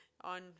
on